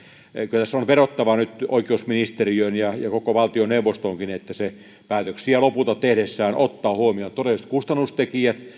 kyllä tässä on vedottava nyt oikeusministeriöön ja ja koko valtioneuvostoonkin että se lopulta päätöksiä tehdessään ottaa huomioon todelliset kustannustekijät